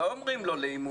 לא רק למטרת לימודים,